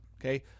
okay